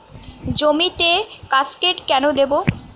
জমিতে কাসকেড কেন দেবো?